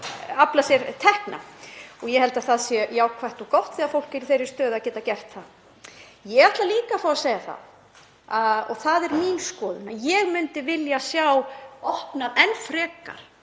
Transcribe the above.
og afla sér tekna. Ég held að það sé jákvætt og gott þegar fólk er í þeirri stöðu að geta gert það. Ég ætla líka að fá að segja það, og það er mín skoðun, að ég myndi vilja sjá opnað enn frekar